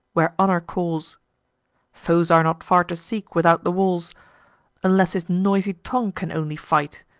where honor calls foes are not far to seek without the walls unless his noisy tongue can only fight,